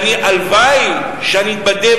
והלוואי שאני אתבדה,